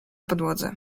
podłodze